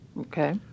Okay